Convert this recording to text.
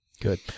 Good